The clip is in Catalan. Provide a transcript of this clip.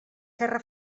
serra